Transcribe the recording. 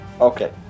Okay